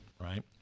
right